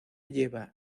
lleva